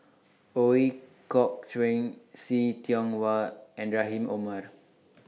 Ooi Kok Chuen See Tiong Wah and Rahim Omar